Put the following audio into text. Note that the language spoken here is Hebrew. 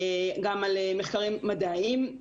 גם על מחקרים מדעיים,